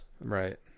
right